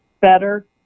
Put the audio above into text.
better